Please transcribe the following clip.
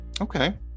Okay